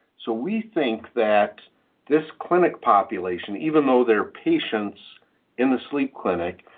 so we think that this clinic population, even though they are patients in the sleep clinic,